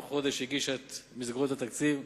בתוך חודש הגישה את מסגרות התקציב,